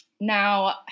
Now